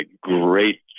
great